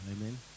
amen